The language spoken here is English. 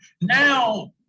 Now